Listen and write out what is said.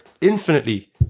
infinitely